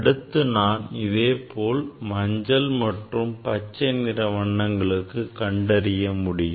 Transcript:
அடுத்து நான் இதே போல் மஞ்சள் மற்றும் பச்சை நிற வண்ணங்களுக்கு கண்டறிய முடியும்